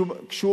וכשהוא